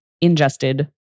ingested